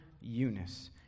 Eunice